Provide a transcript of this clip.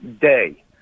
Day